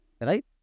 right